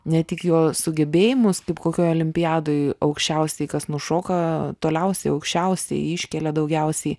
ne tik jo sugebėjimus kaip kokioj olimpiadoj aukščiausiai kas nušoka toliausiai aukščiausiai iškelia daugiausiai